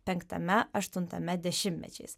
penktame aštuntame dešimtmečiais